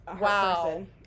wow